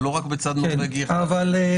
אבל לא רק מצד נורבגי אחד.